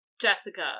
Jessica